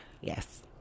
yes